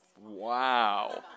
wow